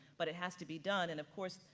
but it has to be done. and of course,